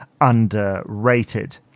underrated